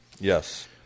Yes